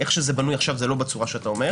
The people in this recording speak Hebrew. איך שזה בנוי עכשיו זה לא בצורה שאתה אומר.